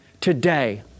today